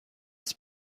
است